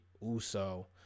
Uso